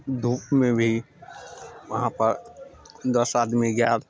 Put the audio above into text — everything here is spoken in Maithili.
धूपमे भी वहाँपर दस आदमी गेल